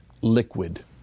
liquid